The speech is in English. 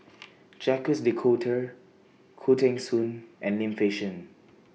Jacques De Coutre Khoo Teng Soon and Lim Fei Shen